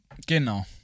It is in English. Genau